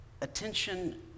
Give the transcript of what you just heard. attention